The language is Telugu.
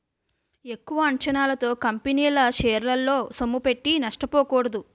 ఎక్కువ అంచనాలతో కంపెనీల షేరల్లో సొమ్ముపెట్టి నష్టపోకూడదు